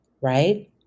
right